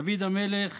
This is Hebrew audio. דוד המלך